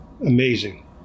Amazing